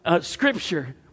scripture